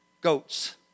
goats